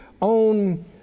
on